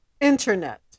internet